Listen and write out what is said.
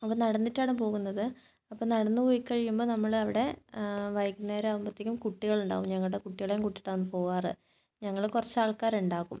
അപ്പം നടന്നിട്ടാണ് പോകുന്നത് അപ്പം നടന്നു പോയി കഴിയുമ്പോൾ നമ്മളവിടെ വൈകുന്നേരം ആകുമ്പോഴത്തേക്കും കുട്ടികളുണ്ടാവും ഞങ്ങട കുട്ടികളെയും കൂട്ടിയിട്ടാണ് പോവാറ് ഞങ്ങൾ കുറച്ച് ആൾക്കാർ ഉണ്ടാകും